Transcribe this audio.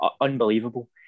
Unbelievable